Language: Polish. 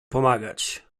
pomagać